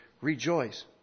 rejoice